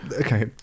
okay